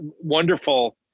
wonderful